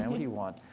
and what do you want?